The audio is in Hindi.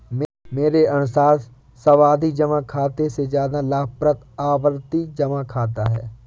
मेरे अनुसार सावधि जमा खाते से ज्यादा लाभप्रद आवर्ती जमा खाता है